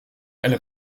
elle